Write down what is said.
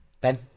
Ben